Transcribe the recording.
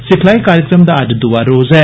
सिखलाई कार्यक्रम दा अज्ज दूआ रोज ऐ